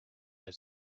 had